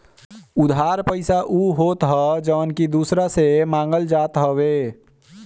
उधार पईसा उ होत हअ जवन की दूसरा से मांगल जात हवे